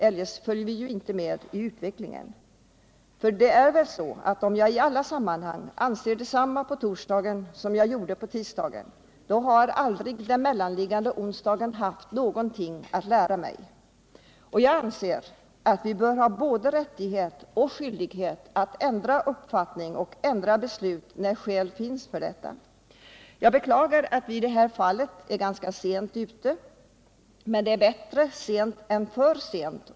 Eljest följer vi inte med i utvecklingen, för det är ju så att om jag i alla sammanhang anser detsamma på torsdagen som på tisdagen, så har ju den mellanliggande onsdagen aldrig haft någonting att lära mig. Jag anser att vi bör ha både rättighet och skyldighet att ändra uppfattning och beslut när skäl finns för detta. Jag beklagar att vi i detta fall är ganska sent ute, men det är bättre sent än för sent.